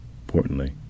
importantly